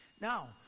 Now